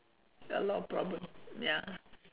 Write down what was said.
a lot of problems ya